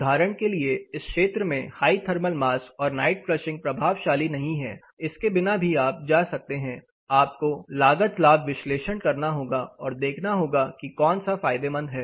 उदाहरण के लिए इस क्षेत्र में हाई थर्मल मास और नाइट फ्लशिंग प्रभावशाली नहीं है इसके बिना भी आप जा सकते हैं आपको लागत लाभ विश्लेषण करना होगा और देखना होगा कि कौन सा फायदेमंद है